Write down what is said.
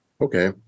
Okay